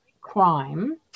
crime